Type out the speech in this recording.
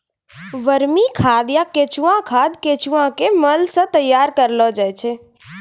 वर्मी खाद या केंचुआ खाद केंचुआ के मल सॅ तैयार करलो जाय छै